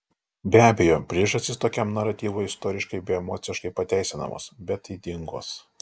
be abejo priežastys tokiam naratyvui istoriškai bei emociškai pateisinamos bet ydingos